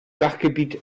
sachgebiet